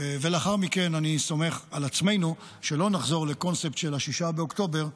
לאחר מכן אני סומך על עצמנו שלא נחזור לקונספט של 6 באוקטובר,